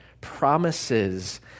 promises